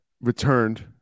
returned